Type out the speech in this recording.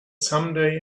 someday